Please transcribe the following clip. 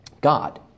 God